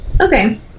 Okay